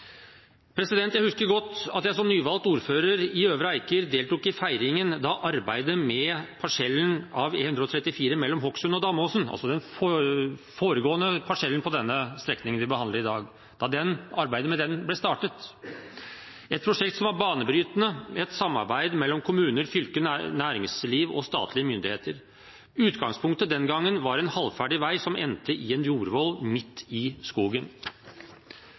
Jeg husker godt at jeg som nyvalgt ordfører i Øvre Eiker deltok i feiringen da arbeidet med parsellen på E134 mellom Hokksund og Damåsen ble startet, altså den foregående parsellen på den strekningen vi behandler i dag. Det var et prosjekt som var banebrytende med et samarbeid mellom kommuner, fylke, næringsliv og statlige myndigheter. Utgangspunktet den gangen var en halvferdig vei som endte i en jordvoll midt i skogen.